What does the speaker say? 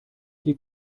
die